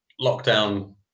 lockdown